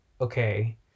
okay